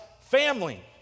family